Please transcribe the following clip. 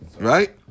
right